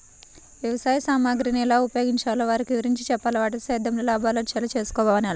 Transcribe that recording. వ్యవసాయ సామగ్రిని ఎలా ఉపయోగించాలో వారికి వివరించి చెప్పాలి, వాటితో సేద్యంలో లాభాలొచ్చేలా చేసుకోమనాలి